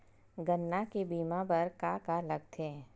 गन्ना के बीमा बर का का लगथे?